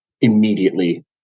immediately